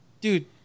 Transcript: Dude